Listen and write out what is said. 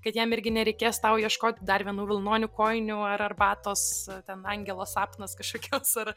kad jam irgi nereikės tau ieškoti dar vienų vilnonių kojinių ar arbatos ten angelo sapnas kažkokios ar